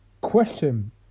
Question